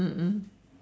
mm mm